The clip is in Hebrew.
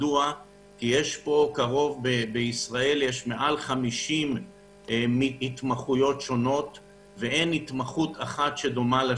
זה מכיוון שבישראל יש מעל 50 התמחויות שונות אחת מחברתה,